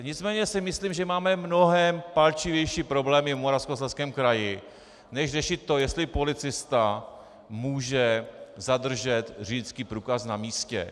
Nicméně si myslím, že máme mnohé palčivější problémy v Moravskoslezském kraji než řešit to, jestli policista může zadržet řidičský průkaz na místě.